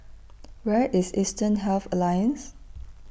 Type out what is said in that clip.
Where IS Eastern Health Alliance